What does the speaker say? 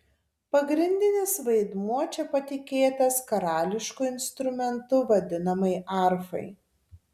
pagrindinis vaidmuo čia patikėtas karališku instrumentu vadinamai arfai